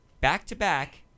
back-to-back